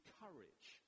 courage